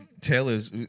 Taylor's